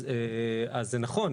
אז זה נכון.